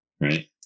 right